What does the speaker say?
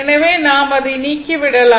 எனவே நாம் அதை நீக்கி விடலாம்